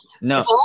no